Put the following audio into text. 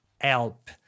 help